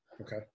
Okay